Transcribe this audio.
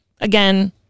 again